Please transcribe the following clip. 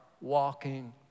walking